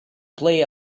play